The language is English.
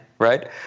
Right